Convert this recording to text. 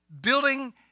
building